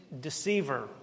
deceiver